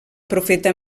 profeta